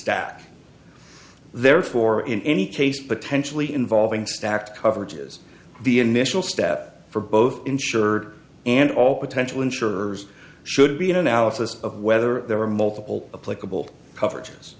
stack therefore in any case potentially involving stacked coverages the initial step for both insured and all potential insurers should be an analysis of whether there are multiple